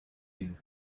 you